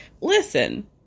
listen